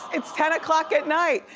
it's ten o'clock at night.